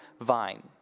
vine